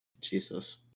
Jesus